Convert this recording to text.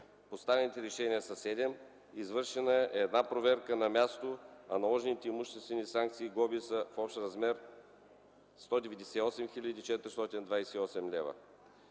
постановените решения са 7, извършена е една проверка на място, а наложените имуществени санкции и глоби са с общ размер 198 хил.